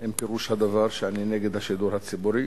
אם פירוש הדבר שאני נגד השידור הציבורי.